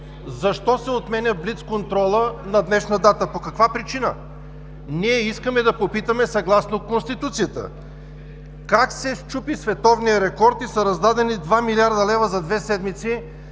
Защо се отменя блицконтролът на днешна дата? По каква причина? Ние искаме да попитаме съгласно Конституцията как се счупи световният рекорд и са раздадени два милиарда лева за две седмици?